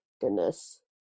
goodness